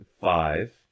Five